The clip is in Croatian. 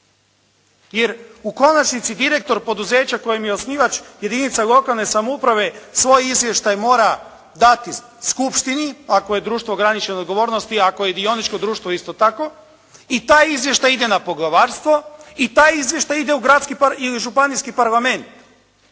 jer u konačnici direktor poduzeća kojem je osnivač jedinica lokalne samouprave svoj izvještaj mora dati skupštini ako je društvo ograničene odgovornosti, ako je dioničko društvo isto tako. I taj izvještaj ide na poglavarstvo i taj izvještaj u gradski ili županijski parlament.